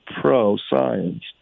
pro-science